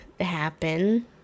happen